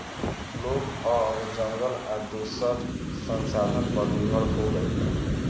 लोग अब जंगल आ दोसर संसाधन पर निर्भर हो गईल बा